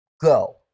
Go